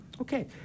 Okay